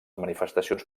manifestacions